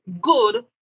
good